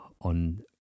on